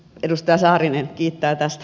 edustaja saarinen kiittää tästä